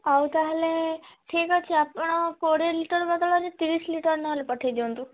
ଆଉ ତାହେଲେ ଠିକ୍ ଅଛି ଆପଣ କୋଡ଼ିଏ ଲିଟର୍ ବଦଳରେ ତିରିଶ ଲିଟର୍ ନହେଲେ ପଠେଇ ଦିଅନ୍ତୁ